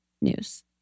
news